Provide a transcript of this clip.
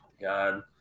God